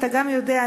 אתה גם יודע,